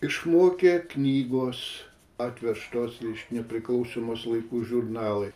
išmokė knygos atvežtos reiškia nepriklausomos laikų žurnalai